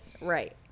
right